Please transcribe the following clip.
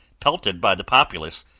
pelted by the populace,